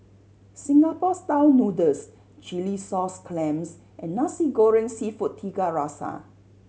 Singapore Style Noodles chilli sauce clams and Nasi Goreng Seafood Tiga Rasa